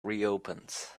reopens